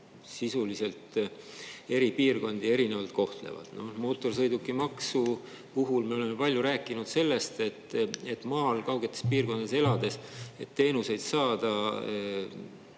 sisuliselt eri piirkondi erinevalt kohtlevad. Mootorsõidukimaksu puhul me oleme palju rääkinud sellest, et maal, kaugetes piirkondades elades teenuseid saada,